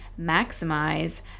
maximize